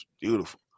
Beautiful